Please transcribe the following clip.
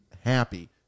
happy